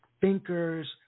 thinkers